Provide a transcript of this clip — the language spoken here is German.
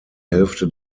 hälfte